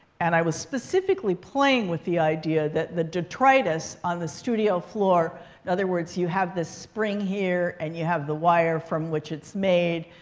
and i was specifically playing with the idea that the detritus on the studio floor in other words, you have this spring here. and you have the wire from which it's made.